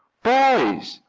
boys!